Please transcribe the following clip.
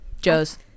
Joe's